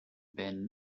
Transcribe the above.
been